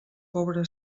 pobre